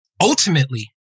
Ultimately